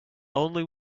only